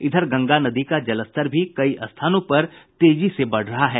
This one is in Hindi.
इधर गंगा नदी का जलस्तर भी कई स्थानों पर तेजी से बढ़ रहा है